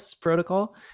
protocol